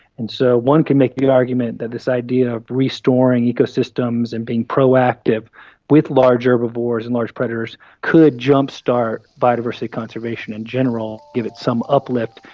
and so one can make the argument that this idea of restoring ecosystems and being proactive with large herbivores and large predators could jumpstart biodiversity conservation in general, give it some uplift,